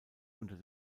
unter